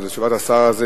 אבל תשובת השר הזה,